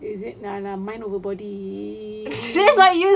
is it your mind over body